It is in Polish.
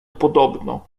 podobno